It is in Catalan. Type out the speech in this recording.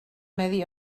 medi